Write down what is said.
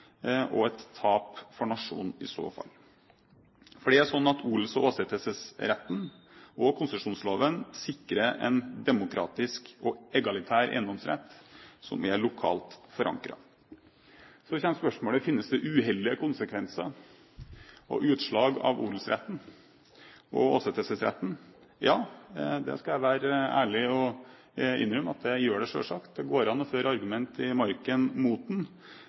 og et tap for nasjonen i så fall. For det er sånn at odels- og åsetesretten og konsesjonsloven sikrer en demokratisk og egalitær eiendomsrett som er lokalt forankret. Så kommer spørsmålet: Finnes det uheldige konsekvenser og utslag av odelsretten og åsetesretten? Ja, det skal jeg være ærlig å innrømme, det gjør det selvsagt. Det går an å føre argumenter i marken mot den,